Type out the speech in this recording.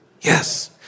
Yes